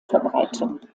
verbreitung